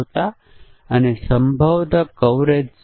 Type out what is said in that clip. અહીં બીજી ક્વિઝ છે